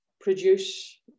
produce